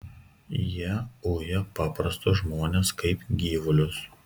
jie uja paprastus žmones kaip gyvulius